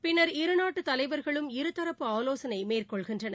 பின்னர் இருநாட்டு தலைவர்களும் இருதரப்பு ஆலோசனை மேற்கொள்கின்றனர்